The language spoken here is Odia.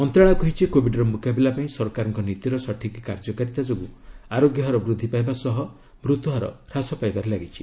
ମନ୍ତ୍ରଣାଳୟ କହିଛି କୋବିଡ୍ର ମୁକାବିଲା ପାଇଁ ସରକାରଙ୍କ ନୀତିର ସଠିକ୍ କାର୍ଯ୍ୟକାରୀତା ଯୋଗୁଁ ଆରୋଗ୍ୟହାର ବୃଦ୍ଧି ପାଇବା ସହ ମୃତ୍ୟୁହାର ହ୍ରାସ ପାଇବାରେ ଲାଗିଛି